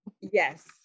yes